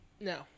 No